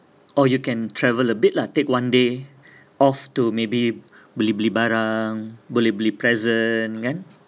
or you can travel a bit lah take one day off to maybe beli-beli barang boleh beli present kan